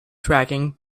tracking